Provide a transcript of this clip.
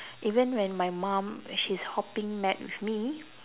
even when my mum when she's hopping mad with me